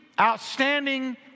outstanding